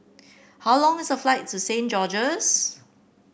how long is the flight to Saint George's